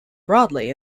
broadly